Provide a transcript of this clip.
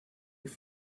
with